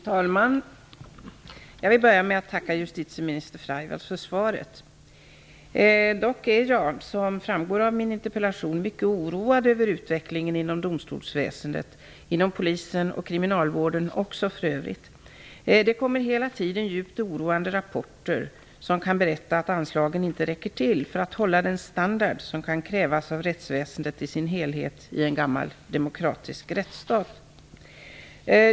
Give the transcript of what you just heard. Fru talman! Jag vill börja med att tacka justitieminister Laila Freivalds för svaret. Dock är jag, som framgår av min interpellation, mycket oroad över utvecklingen inom domstolsväsendet och för övrigt också inom polisen och kriminalvården. Hela tiden kommer det djupt oroande rapporter som kan berätta att anslagen inte räcker till för att hålla den standard som kan krävas av rättsväsendet i dess helhet i en gammal demokratisk rättsstat.